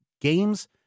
games